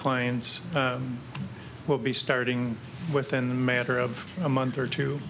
clients will be starting within a matter of a month or two